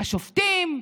השופטים,